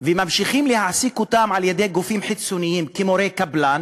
ממשיכים להעסיק על-ידי גופים חיצוניים כמורי קבלן,